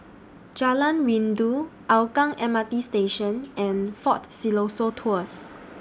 Jalan Rindu Hougang M R T Station and Fort Siloso Tours